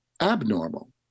abnormal